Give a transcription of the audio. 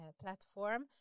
platform